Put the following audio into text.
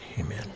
Amen